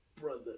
brother